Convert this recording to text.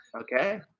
Okay